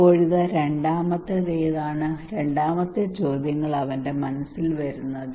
ഇപ്പോഴിതാ രണ്ടാമത്തേത് ഏതാണ് രണ്ടാമത്തെ ചോദ്യങ്ങൾ അവന്റെ മനസ്സിൽ വരുന്നത്